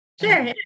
Sure